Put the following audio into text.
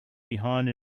behind